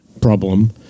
problem